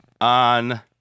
On